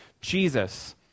Jesus